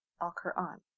Al-Qur'an